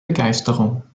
begeisterung